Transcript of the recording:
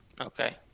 Okay